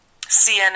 CNN